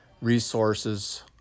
resources